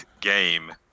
game